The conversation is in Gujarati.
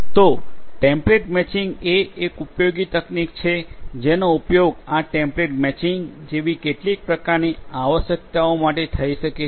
તો ટેમ્પલેટ મેચિંગ એ એક ઉપયોગી તકનીક છે જેનો ઉપયોગ આ ટેમ્પલેટ મેચિંગ જેવી કેટલીક પ્રકારની આવશ્યકતાઓ માટે થઈ શકે છે